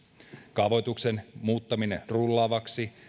kaavoituksen muuttaminen rullaavaksi